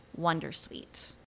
wondersuite